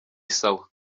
sawa